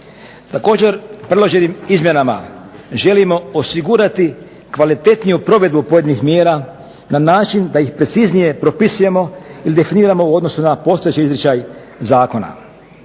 Također, predloženim izmjenama želimo osigurati kvalitetniju provedbu pojedinih mjera na način da ih preciznije propisujemo ili definiramo u odnosu na postojeći izričaj zakona.